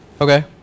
Okay